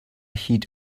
hit